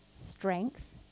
strength